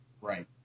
Right